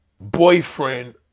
boyfriend